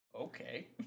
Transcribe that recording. Okay